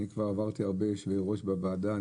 אני כבר עברתי הרבה יושבי ראש בוועדה,